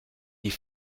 die